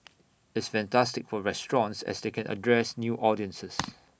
it's fantastic for restaurants as they can address new audiences